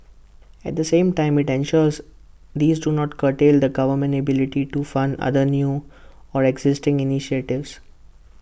at the same time IT ensures these do not curtail the government's ability to fund other new or existing initiatives